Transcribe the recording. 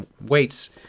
weights